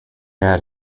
had